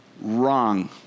wrong